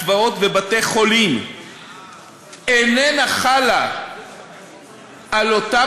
מקוואות ובתי-חולים איננה חלה על אותם